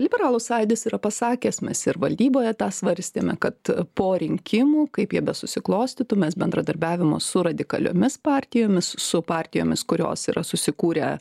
liberalų sąjūdis yra pasakęs mes ir valdyboje tą svarstėme kad po rinkimų kaip jie be susiklostytų mes bendradarbiavimo su radikaliomis partijomis su partijomis kurios yra susikūrę